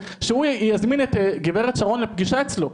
יזמין את גב' שרון לפגישה אצלו.